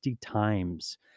times